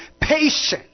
patience